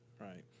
Right